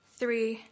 three